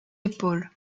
épaules